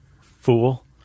Fool